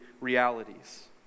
realities